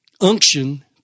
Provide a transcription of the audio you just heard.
unction